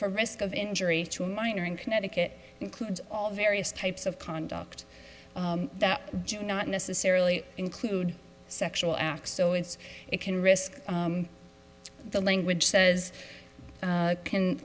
for risk of injury to a minor in connecticut includes all various types of conduct that do not necessarily include sexual acts so it's it can risk the language says